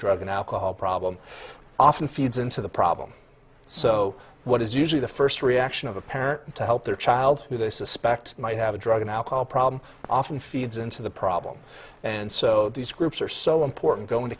drug and alcohol problem often feeds into the problem so what is usually the first reaction of a parent to help their child who they suspect might have a drug and alcohol problem often feeds into the problem and so these groups are so important go into